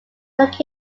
located